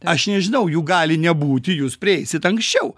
aš nežinau jų gali nebūti jūs prieisit anksčiau